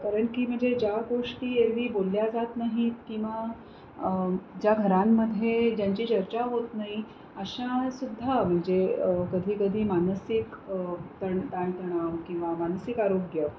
कारण की म्हणजे ज्या गोष्टी एरव्ही बोलल्या जात नाहीत किंवा ज्या घरांमध्ये ज्यांची चर्चा होत नाही अशा सुद्धा म्हणजे कधी कधी मानसिक तण ताणतणाव किंवा मानसिक आरोग्य